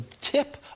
tip